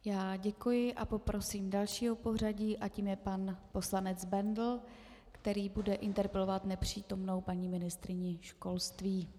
Já děkuji a prosím dalšího v pořadí a tím je pan poslanec Bendl, který bude interpelovat nepřítomnou paní ministryni školství.